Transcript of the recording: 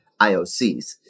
IOCs